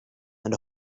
and